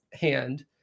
hand